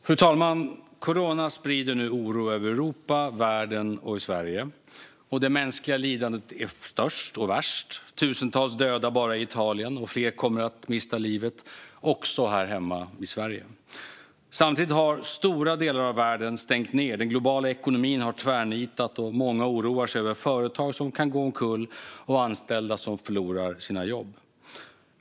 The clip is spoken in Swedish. Fru talman! Corona sprider nu oro över Europa, världen och Sverige. Det mänskliga lidandet är störst och värst. Det är tusentals döda bara i Italien. Och fler kommer att mista livet - också här hemma i Sverige. Samtidigt har stora delar av världen stängt. Den globala ekonomin har tvärnitat, och många oroar sig över företag som kan gå omkull och anställda som förlorar sina jobb.